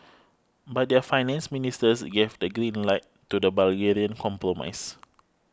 but their finance ministers gave the green light to the Bulgarian compromise